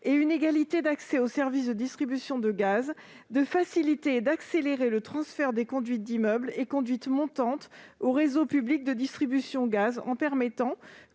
et l'égalité d'accès au service de distribution de gaz, à faciliter et à accélérer le transfert des conduites d'immeubles et conduites montantes au réseau public de distribution de gaz, en permettant